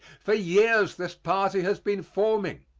for years this party has been forming.